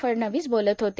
फडणवीस बोलत होते